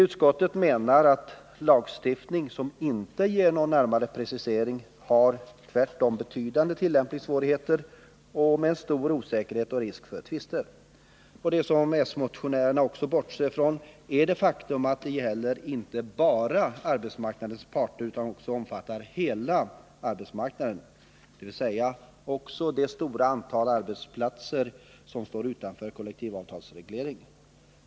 Utskottets majoritet menar att lagstiftning som inte ger någon närmare precisering tvärtom medför betydande tillämpningssvårigheter och stor osäkerhet och risk för tvister. S-motionen bortser också ifrån det faktum att det här gäller inte bara arbetsmarknadens parter utan omfattar hela arbetsmarknaden, dvs. också det stora antal mindre arbetsplatser som står utanför kollektivavtalsreglering.